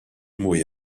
mwy